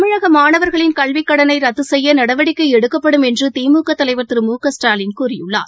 தமிழகக் மாணவர்களின் கல்விக்கடனைரத்துசெய்யநடவடிக்கைஎடுக்கப்படும் என்றுதிமுகதலைவர் திரு மு க ஸ்டாலின் கூறியுள்ளார்